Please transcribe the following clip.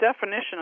definition